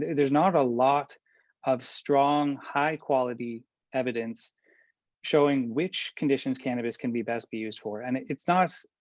there's not a lot of strong, high quality evidence showing which conditions cannabis can be best be used for. and it's not,